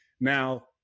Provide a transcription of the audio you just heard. Now